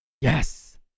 Yes